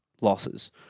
losses